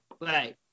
right